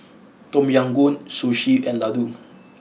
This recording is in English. Tom Yam Goong Sushi and Ladoo